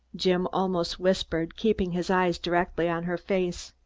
jim almost whispered, keeping his eyes directly on her face.